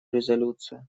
резолюцию